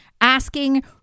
asking